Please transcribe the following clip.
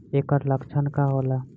ऐकर लक्षण का होला?